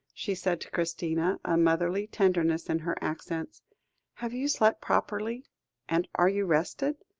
she said to christina, a motherly tenderness in her accents have you slept properly and are you rested?